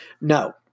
No